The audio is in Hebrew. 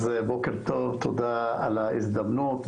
בוקר טוב לכולם, תודה על ההזדמנות.